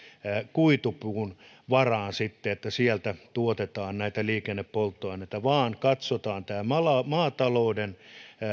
kuitupuun varaan että sieltä tuotetaan liikennepolttoaineita vaan katsotaan maatalouden